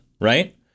Right